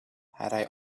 had